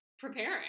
Preparing